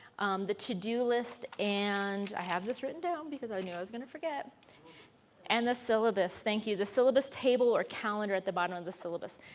the to-do list and i have this written down because i know as i was going to forget and the syllabus. thank you, the syllabus table or calendar at the bottom of the syllabus.